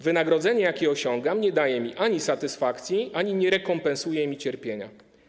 Wynagrodzenie, jakie osiągam, ani nie daje mi satysfakcji, ani nie rekompensuje mi cierpienia.